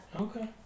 Okay